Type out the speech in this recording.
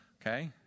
okay